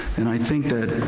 and i think that.